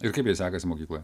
ir kaip jai sekasi mokykloje